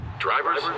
Drivers